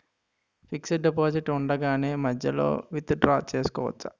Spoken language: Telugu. ఫిక్సడ్ డెపోసిట్ ఉండగానే మధ్యలో విత్ డ్రా చేసుకోవచ్చా?